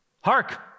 Hark